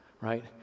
right